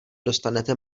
dostanete